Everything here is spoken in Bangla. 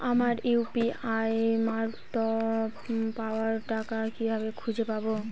আমার ইউ.পি.আই মারফত পাওয়া টাকা কিভাবে খুঁজে পাব?